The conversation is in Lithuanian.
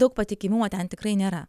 daug patikimumo ten tikrai nėra